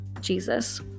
Jesus